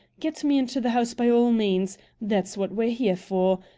get me into the house by all means that's what we're here for.